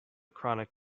chronic